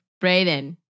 Brayden